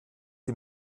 die